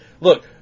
look